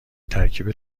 ترکیب